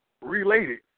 related